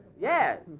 Yes